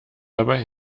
dabei